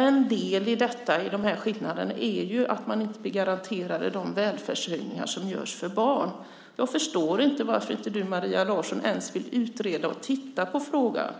En del i dessa skillnader är ju att man inte blir garanterad de välfärdshöjningar som görs för barn. Jag förstår inte varför inte du, Maria Larsson, ens vill utreda och titta närmare på frågan.